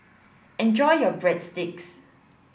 enjoy your Breadsticks